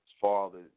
father